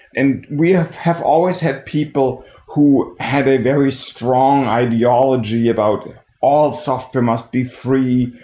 and we ah have always had people who had a very strong ideology about all software must be free.